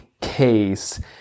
case